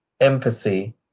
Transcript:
empathy